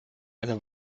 eine